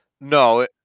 No